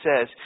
says